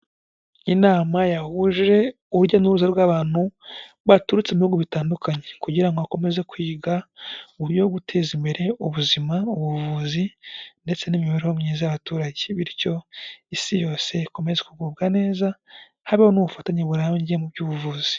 Inama yahuje urujya n'uruza rw'abantu baturutse mu bihugu bitandukanye kugira ngo akomeze kwiga byo guteza imbere ubuzima, ubuvuzi ndetse n'imibereho myiza y'abaturage, bityo isi yose ikomeze kugubwa neza habe n'ubufatanye burambye mu by'ubuvuzi.